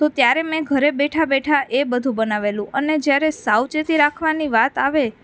તો ત્યારે મેં ઘરે બેઠાં બેઠાં એ બધું બનાવેલું અને જ્યારે સાવચેતી રાખવાની વાત આવે